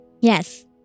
Yes